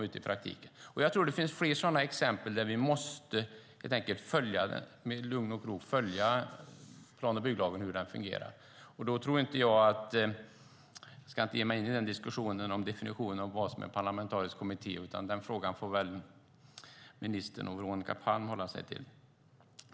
Jag tror att det finns fler exempel där vi i lugn och ro måste följa upp hur plan och bygglagen fungerar. Jag ska inte ge mig in i diskussionen om definitionen av vad som är en parlamentarisk kommitté, utan den frågan får ministern och Veronica Palm förhålla sig till.